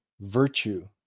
virtue